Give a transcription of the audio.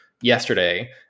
yesterday